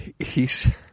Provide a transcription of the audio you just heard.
hes